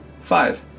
Five